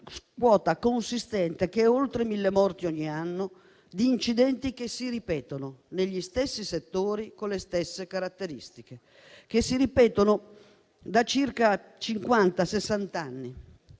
quota consistente (oltre mille morti ogni anno) di incidenti che si ripetono negli stessi settori e con le stesse caratteristiche, che si ripetono da circa sessanta anni.